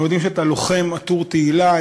הם יודעים שאתה לוחם עטור תהילה,